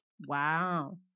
Wow